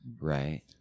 right